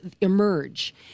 Emerge